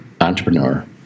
entrepreneur